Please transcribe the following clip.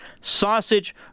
sausage